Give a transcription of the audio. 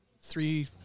three